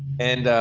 and,